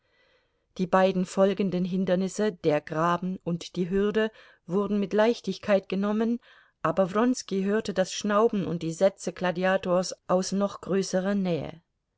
die beiden folgenden hindernisse der graben und die hürde wurden mit leichtigkeit genommen aber wronski hörte das schnauben und die sätze gladiators aus noch größerer nähe